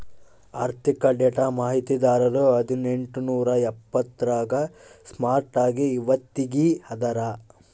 ಆರ್ಥಿಕ ಡೇಟಾ ಮಾಹಿತಿದಾರರು ಹದಿನೆಂಟು ನೂರಾ ಎಪ್ಪತ್ತರಾಗ ಸ್ಟಾರ್ಟ್ ಆಗಿ ಇವತ್ತಗೀ ಅದಾರ